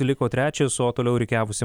liko trečias o toliau rikiavosi